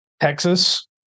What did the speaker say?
Texas